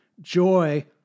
Joy